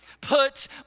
Put